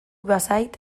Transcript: bazait